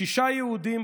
שישה יהודים,